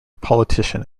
politician